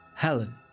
Helen